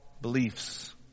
beliefs